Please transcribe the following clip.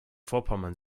vorpommern